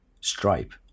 Stripe